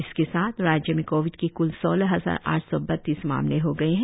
इसके साथ राज्य में कोविड की क्ल सोलह हजार आठ सौ बत्तीस मामले हो गए है